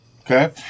Okay